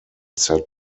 set